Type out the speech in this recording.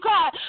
God